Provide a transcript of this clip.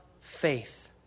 faith